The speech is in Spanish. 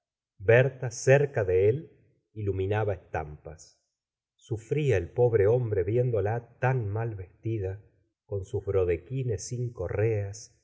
berta erca de él iluminaba estampas sufría el pobre hombre viéndola tan mal vestida con sus brodequines sin